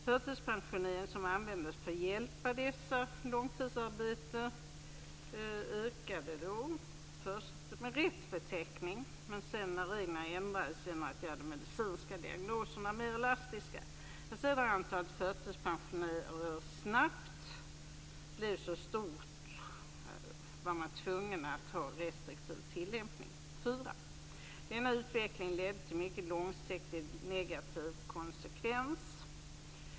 Förtidspensionering, som användes för att hjälpa dessa långtidsarbetslösa, ökade då. Först hade man rätt beteckning. Sedan, när reglerna ändrades, gjorde man de medicinska diagnoserna mer elastiska. När sedan antalet förtidspensioneringar snabbt blev stort var man tvungen att ha en restriktiv tillämpning. 4. Denna utveckling ledde till mycket långsiktigt negativa konsekvenser.